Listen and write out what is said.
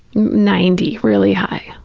ninety, really high.